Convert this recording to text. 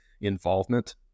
involvement